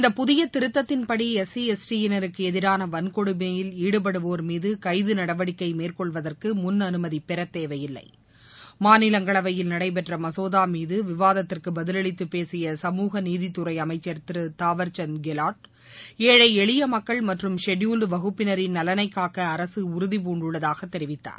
இந்த புதிய திருத்தத்தின் படி எஸ்சி எஸ்டி யினருக்க எதிரான வன்கொடுமையில் ஈடுபடுவோர் மீது கைது நடவடிக்கை மேற்கொள்வதற்கு முன்அனுமதி பெற தேவையில்லை மாநிலங்களவையில் நடைபெற்ற மகோதா மீது விவாதத்திற்கு பதில் அளித்து பேசிய சமூகநீதித்துறை அமைச்சர் திரு தாவர்சந்த் கெலாட் ஏழை எளிய மக்கள் மற்றும் ஷெட்யூல்ட் வகுப்பினரின் நலனை காக்க அரசு உறுதிபூண்டுள்ளதாக தெரிவித்தார்